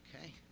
Okay